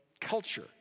culture